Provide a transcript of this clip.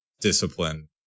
discipline